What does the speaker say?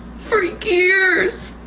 for years